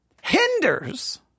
hinders